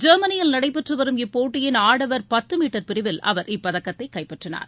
ஜெர்மனியில் நடைபெற்று வரும் இப்போட்டியின் ஆடவர் பத்து மீட்டர் பிரிவில் அவர் இப்பதக்கத்தை கைப்பற்றினார்